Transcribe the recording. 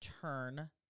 turn